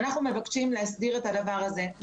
אנחנו מבקשים להסדיר את הדבר הזה.